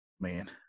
man